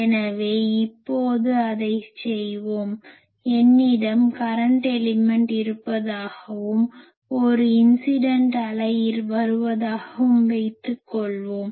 எனவே இப்போது அதைச் செய்வோம் என்னிடம் கரன்ட் எலிமென்ட் இருப்பதாகவும் ஒரு இன்சிடன்ட் அலை வருவதாகவும் வைத்துக்கொள்வோம்